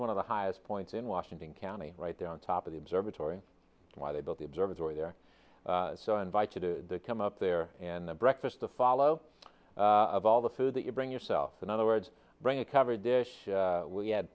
one of the highest points in washington county right there on top of the observatory why they built the observatory there so i invite you to come up there and the breakfast to follow of all the food that you bring yourself in other words bring a covered dish we had